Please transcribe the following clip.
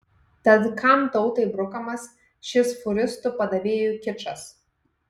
tad kam tautai brukamas šis fūristų padavėjų kičas